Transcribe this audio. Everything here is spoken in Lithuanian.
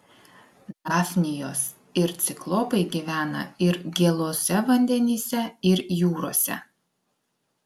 dafnijos ir ciklopai gyvena ir gėluose vandenyse ir jūrose